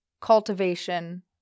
cultivation